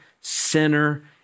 sinner